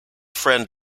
friend